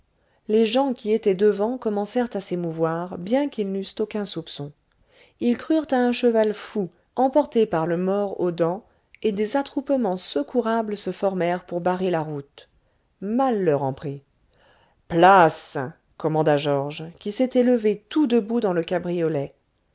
les gens qui étaient devant commencèrent à s'émouvoir bien qu'ils n'eussent aucun soupçon ils crurent à un cheval fou emporté par le mors aux dents et des attroupements secourables se formèrent pour barrer la route mal leur en prit place commanda georges qui s'était levé tout debout dans le cabriolet